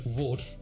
vote